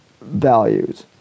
values